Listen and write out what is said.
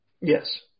Yes